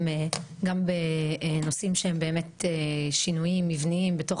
גם בנושאים שהם באמת שינויים מבניים בתוך